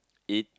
eat